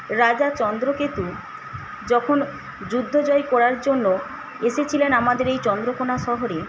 রাজা চন্দ্রকেতু যখন যুদ্ধ জয় করার জন্য এসেছিলেন আমাদের চন্দ্রকোনা শহরে